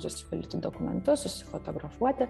susipildyti dokumentus susifotografuoti